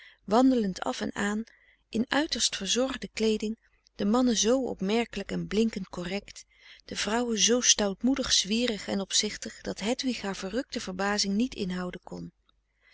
wandelend af en aan in uiterst verzorgde kleeding de mannen zoo opmerkelijk en blinkend correct de vrouwen zoo stoutmoedig zwierig en opzichtig dat hedwig haar verrukte verbazing niet inhouden kon